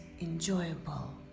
enjoyable